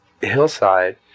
hillside